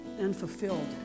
unfulfilled